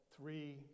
three